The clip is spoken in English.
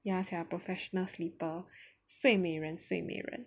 ya sia professional sleeper 睡美人睡美人